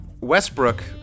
Westbrook